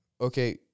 Okay